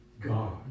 God